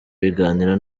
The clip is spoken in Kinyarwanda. biganiro